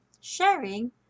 sharing